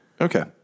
Okay